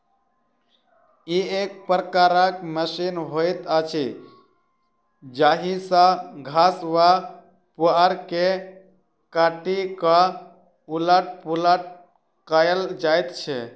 ई एक प्रकारक मशीन होइत अछि जाहि सॅ घास वा पुआर के काटि क उलट पुलट कयल जाइत छै